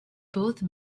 both